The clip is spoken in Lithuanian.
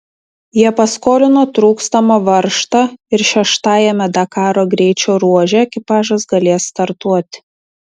jie paskolino trūkstamą varžtą ir šeštajame dakaro greičio ruože ekipažas galės startuoti